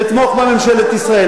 לתמוך בממשלת ישראל.